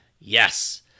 Yes